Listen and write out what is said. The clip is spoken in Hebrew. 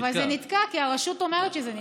אבל זה נתקע, כי הרשות אומרת שזה נתקע.